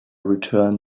return